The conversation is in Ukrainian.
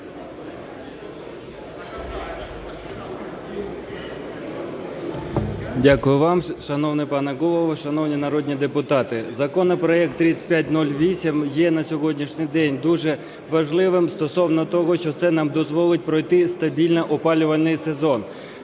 Дякую вам. Шановний пане Голово, шановні народні депутати! Законопроект 3508 є на сьогоднішній день дуже важливим стосовно того, що це нам дозволить пройти стабільно опалювальний сезон.